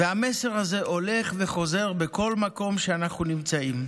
והמסר הזה הולך וחוזר בכל מקום שאנחנו נמצאים.